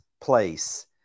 place